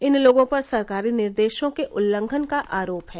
इन लोगों पर सरकारी निर्देशों के उल्लंघन का आरोप है